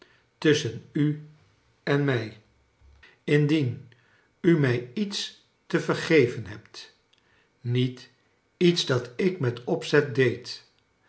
tusschen u en mij indien u mij lets te vergeven hebt niet iets dat ik met opzet deed